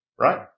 right